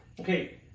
Okay